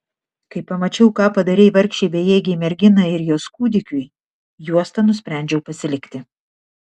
kai pamačiau ką padarei vargšei bejėgei merginai ir jos kūdikiui juostą nusprendžiau pasilikti